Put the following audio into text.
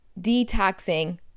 detoxing